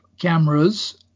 cameras